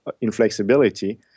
inflexibility